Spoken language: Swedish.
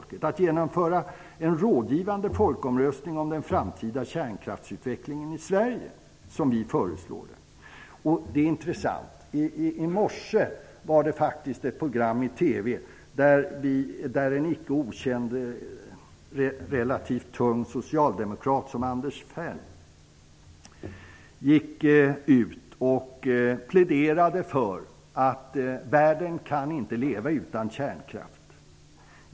Det är dags att genomföra en rådgivande folkomröstning om den framtida kärnkraftsutvecklingen i Sverige. Det föreslår vi. I morse var det faktiskt ett program i TV där en icke okänd och relativt tung socialdemokrat, Anders Ferm, pläderade för att världen inte kan leva utan kärnkraft.